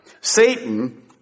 Satan